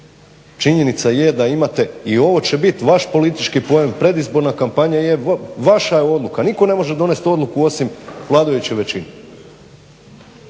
Činjenica je da imate i ovo će biti vaš politički poen, predizborna kampanja je vaša odluka, nitko ne može donijeti odluku osim vladajuće većine.